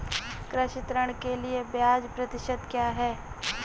कृषि ऋण के लिए ब्याज प्रतिशत क्या है?